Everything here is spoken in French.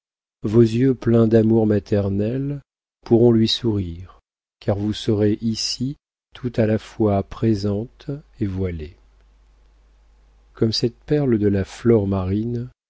vos yeux pleins d'amour maternel pourront lui sourire car vous serez ici tout à la fois présente et voilée comme cette perle de la flore marine